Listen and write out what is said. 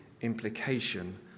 implication